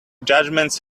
judgements